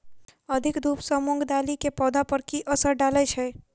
अधिक धूप सँ मूंग दालि केँ पौधा पर की असर डालय छै?